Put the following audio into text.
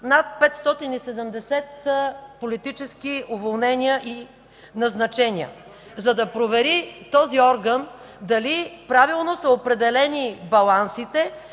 над 570 политически уволнения и назначения, за да провери този орган дали правилно са определени балансите,